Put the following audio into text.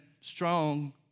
strong